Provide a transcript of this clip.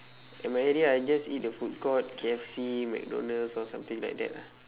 at my area I just eat the food court K_F_C mcdonald's or something like that ah